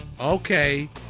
Okay